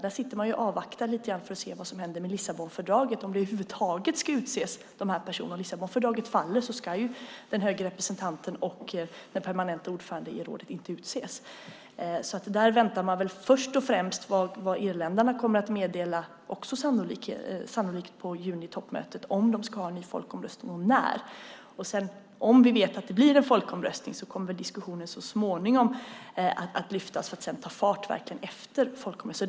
Där sitter man och avvaktar lite grann för att se vad som händer med Lissabonfördraget och om dessa personer över huvud taget ska utses. Om Lissabonfördraget faller ska den höge representanten och den permanenta ordföranden i rådet inte utses. Där väntar man nog först och främst på vad irländarna kommer att meddela, också sannolikt på junitoppmötet, när det gäller om de ska ha en ny folkomröstning och när. Om vi vet att det blir en folkomröstning kommer diskussionen så småningom att påbörjas för att sedan verkligen ta fart efter folkomröstningen.